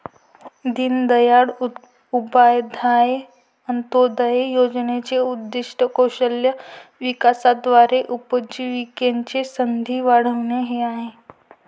दीनदयाळ उपाध्याय अंत्योदय योजनेचे उद्दीष्ट कौशल्य विकासाद्वारे उपजीविकेच्या संधी वाढविणे हे आहे